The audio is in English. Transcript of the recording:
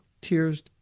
Tears